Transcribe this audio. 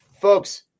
Folks